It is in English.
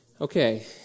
Okay